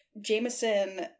Jameson